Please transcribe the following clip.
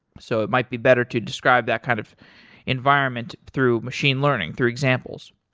so it might be better to describe that kind of environment through machine learning through examples.